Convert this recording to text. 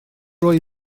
roi